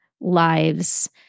lives